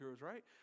right